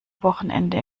wochenende